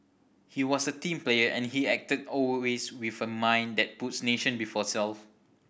he was a team player and he acted always with a mind that puts nation before self